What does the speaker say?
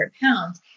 pounds